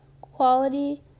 quality